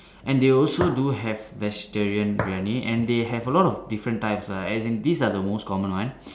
and they also do have vegetarian Briyani and they have a lot of different types lah as in these are the most common one